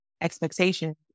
expectation